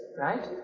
right